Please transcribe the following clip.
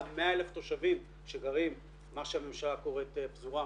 100,000 תושבים שגרים במה שהממשלה קוראת הפזורה,